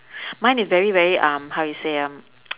mine is very very um how you say ah